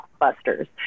blockbusters